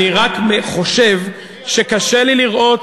אני רק חושב שקשה לי לראות,